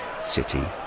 City